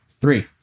Three